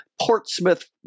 Portsmouth